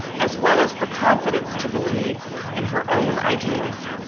as well as the confidence to believe in her own ideas.